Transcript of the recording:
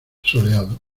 soleado